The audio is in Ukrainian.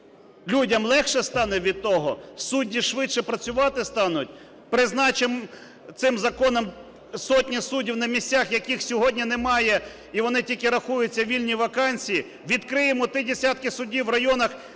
Людям легше стане від того? Судді швидше працювати стануть? Призначимо цим законом сотні суддів на місця, яких сьогодні немає і вони тільки рахуються, вільні вакансії? Відкриємо десятки судів в районах,